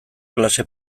klase